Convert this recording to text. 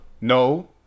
No